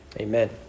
Amen